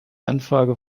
anfrage